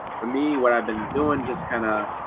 for me what i've been doing just kind of